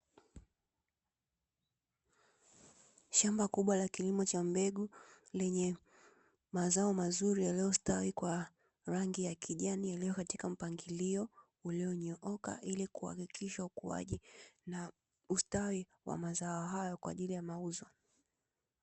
Shamba kubwa la kilimo cha mbegu lenye mazao mazuri yaliyostawi kwa rangi ya kijani iliyo katika mpangilio uliyonyooka, ili kuhakikisha ukuaji na ustawi wa mazao hayo kwa ajili ya mauzo.